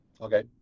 Okay